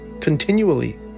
continually